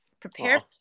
prepare